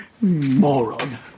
moron